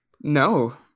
No